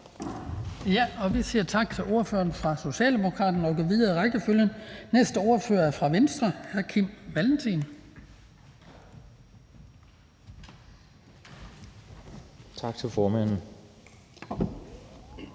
Vi siger tak til ordføreren fra Socialdemokraterne og går videre i rækkefølgen. Den næste ordfører er fra Venstre, hr. Kim Valentin. Kl.